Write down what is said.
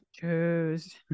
Choose